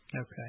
Okay